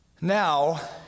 Now